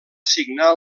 signar